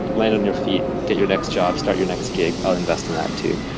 land on your feet, get your next job, start your next gig i'll invest in that, too.